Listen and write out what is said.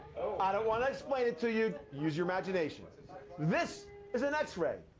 i don't want to explain it to you use your imaginations. this like this is an x-ray.